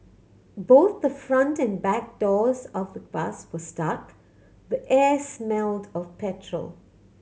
both the front and back doors of the bus were stuck the air smelled of petrol